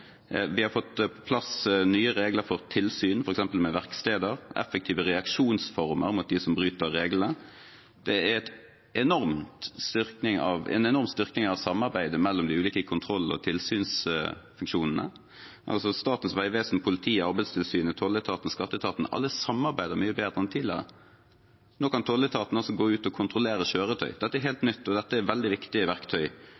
Vi har fått på plass nye regler for tilsyn, f.eks. med verksteder, og effektive reaksjonsformer mot dem som bryter reglene. Det er en enorm styrking av samarbeidet mellom de ulike kontroll- og tilsynsfunksjonene. Statens vegvesen, politiet, Arbeidstilsynet, tolletaten og skatteetaten samarbeider mye bedre enn tidligere. Nå kan tolletaten gå ut og kontrollere kjøretøy. Dette er